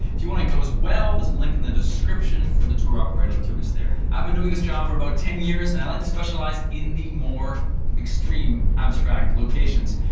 if you wanna go as well there's a link in the description for the tour operator that took us there. i've been doing this job for about ten years and i like to specialize in the more extreme, abstract locations.